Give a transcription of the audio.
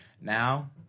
Now –